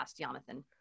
Jonathan